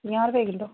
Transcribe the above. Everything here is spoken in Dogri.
पंजाह् रपेऽ किलो